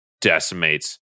decimates